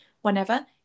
whenever